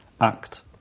act